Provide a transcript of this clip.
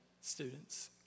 students